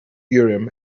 urim